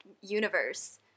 universe